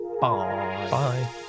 bye